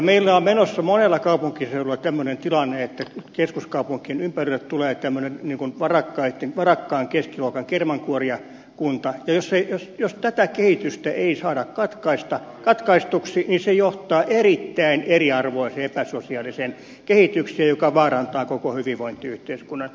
meillä on menossa monella kaupunkiseudulla tämmöinen tilanne että keskuskaupunkien ympärille tulee varakkaan keskiluokan kermankuorijakunta ja jos tätä kehitystä ei saada katkaistuksi niin se johtaa erittäin eriarvoiseen ja epäsosiaaliseen kehitykseen joka vaarantaa koko hyvinvointiyhteiskunnan